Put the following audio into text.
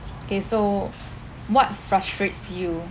K so what frustrates you